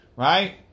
Right